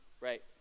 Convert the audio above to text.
Right